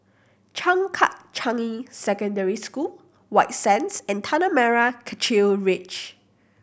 Changkat Changi Secondary School White Sands and Tanah Merah Kechil Ridge